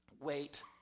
wait